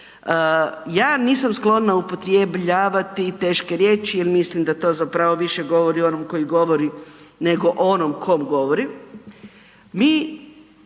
Ja nisam sklona upotrebljavati teške riječi jer mislim da to zapravo više govori o onom koji govori neko onom ko govori,